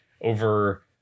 over